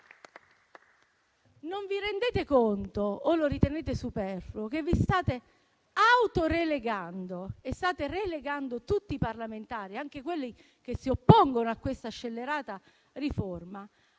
Non vi rendete conto o ritenete superfluo che vi state auto relegando e state relegando tutti i parlamentari, anche quelli che si oppongono a questa scellerata riforma,